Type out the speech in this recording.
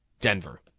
Denver